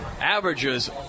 averages